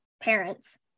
parents